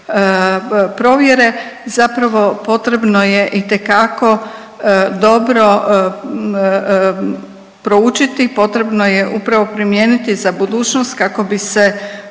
provjere zapravo potrebno je itekako dobro proučiti, potrebno je upravo primijeniti za budućnost kako bi se